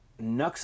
Nux